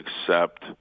accept